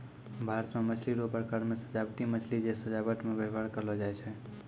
भारत मे मछली रो प्रकार मे सजाबटी मछली जे सजाबट मे व्यवहार करलो जाय छै